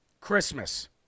Christmas